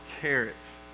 carrots